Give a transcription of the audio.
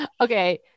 Okay